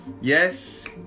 Yes